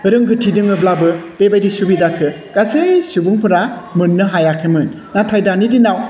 रोंगौथि दङब्लाबो बेबादि सुबिदाखौ गासै सुबुंफोरा मोन्नो हायाखैमोन नाथाय दानि दिनाव